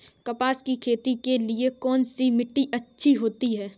कपास की खेती के लिए कौन सी मिट्टी अच्छी होती है?